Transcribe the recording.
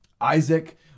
Isaac